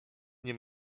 nie